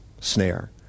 snare